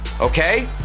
okay